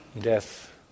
Death